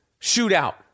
shootout